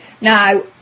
Now